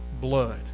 blood